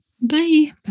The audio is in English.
Bye